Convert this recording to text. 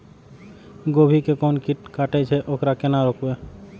गोभी के कोन कीट कटे छे वकरा केना रोकबे?